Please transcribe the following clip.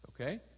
okay